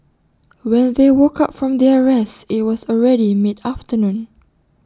when they woke up from their rest IT was already mid afternoon